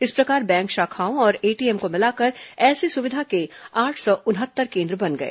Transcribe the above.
इस प्रकार बैंक शाखाओं और एटीएम को मिलाकर ऐसी सुविधा के आठ सौ उनहत्तर केंद्र बन गए